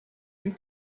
and